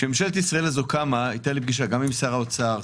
כשממשלת ישראל הזו קמה הייתה לי פגישה עם שר האוצר,